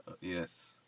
Yes